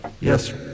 Yes